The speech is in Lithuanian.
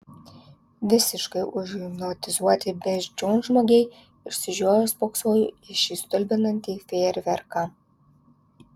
visiškai užhipnotizuoti beždžionžmogiai išsižioję spoksojo į šį stulbinantį fejerverką